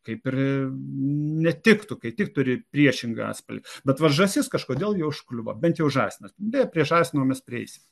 kaip ir netiktų kai tik turi priešingą atspalvį bet va žąsis kažkodėl jau užkliūva bent jau žąsinas prie žąsino mes prieisim